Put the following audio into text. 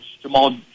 Jamal